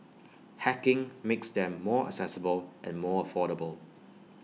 hacking makes them more accessible and more affordable